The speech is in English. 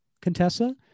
Contessa